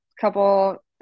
couple